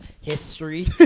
history